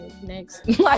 next